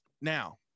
now